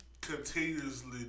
continuously